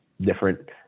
different